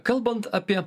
kalbant apie